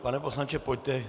Pane poslanče, pojďte.